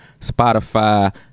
Spotify